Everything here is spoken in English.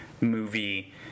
movie